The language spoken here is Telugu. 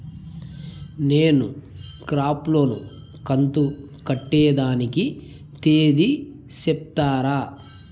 నేను క్రాప్ లోను కంతు కట్టేదానికి తేది సెప్తారా?